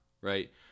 right